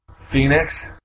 Phoenix